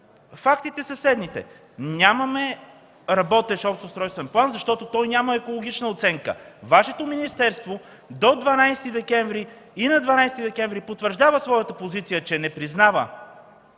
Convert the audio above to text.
Фактите са следните: нямаме работещ общ устройствен план, защото той няма екологична оценка. Вашето министерство на 12 декември потвърждава своята позиция, че не признава